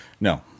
no